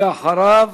ואחריו